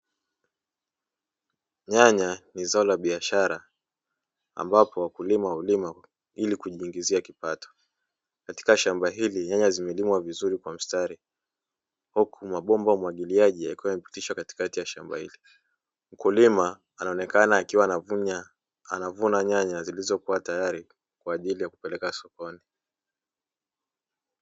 Nyanya ni zao la biashara ambapo wakulima wanalima ili kujiingizia kipato. Katika shamba hili nyanya zimelimwa vizuri kwa mstari huku mabomba ya umwagiliaji yakiwa yamepitishwa katikati ya shamba hili. Mkulima anaonekana akiwa anavuna nyanya zilizokuwa tayari kwa ajili ya kupeleka sokoni.